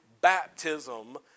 baptism